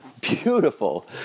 beautiful